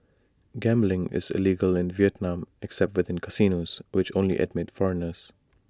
gambling is illegal in Vietnam except within the casinos which only admit foreigners